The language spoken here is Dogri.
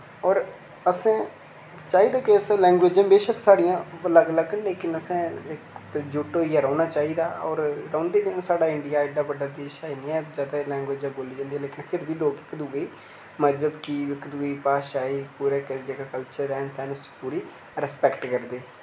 होर असें चाहिदा के असें लैंगुएजां बेशक साढ़ियां लग्ग लग्ग न लेकिन असें इकजुट होइयै रौह्ना चाहिदा होर रौंह्नदे बी हैन साढ़ा इंडिया एह्डा बड्डा देश ऐ इन्नियां ज्यादा लैंगुएजां बोलियां जन्दियां लेकिन फिर बी लोक इक दुए गी मजहब गी इक दुए भाशा गी पूरा इक जेह्ड़ा कल्चर ऐ पूरी रेस्पेक्ट करदे